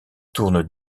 tourne